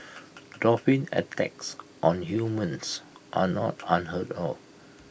dolphin attacks on humans are not unheard of